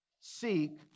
seek